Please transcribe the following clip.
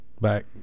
back